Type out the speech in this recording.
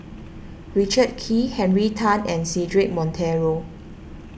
Richard Kee Henry Tan and Cedric Monteiro